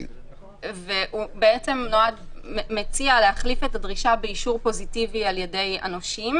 והוא מציע להחליף את הדרישה באישור פוזיטיבי על ידי הנושים,